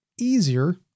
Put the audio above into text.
easier